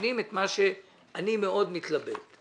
מבינים את מה שאני מאוד מתלבט בו.